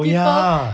oh ya